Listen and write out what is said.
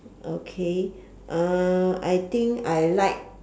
okay uh I think I like